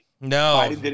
No